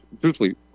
truthfully